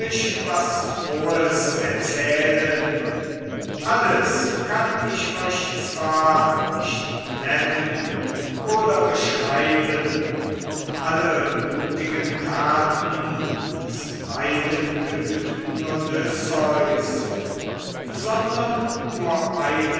was frohes erzählen alles kann ich euch zwar nicht nennen oder beschreiben alle mutigen taten des leidengeübten odysseus sondern nur eine